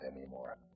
anymore